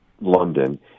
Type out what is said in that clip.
London